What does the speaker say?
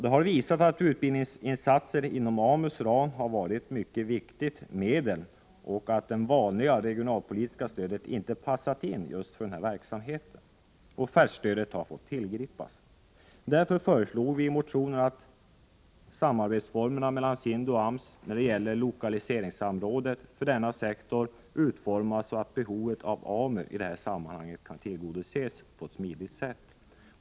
Det har visat att utbildningsinsatser inom AMU:s ram har varit ett mycket viktigt medel och att det vanliga regionalpolitiska stödet inte passat in för verksamheten. Offertstödet har fått tillgripas. Därför föreslog vi i motionen att samarbetsformerna mellan SIND och AMS när det gäller lokaliseringssamrådet för denna sektor utformas så, att behovet av AMU i sammanhanget kan tillgodoses på ett smidigt sätt.